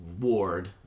ward